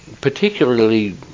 particularly